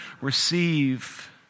receive